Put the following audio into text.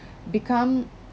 become